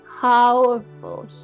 powerful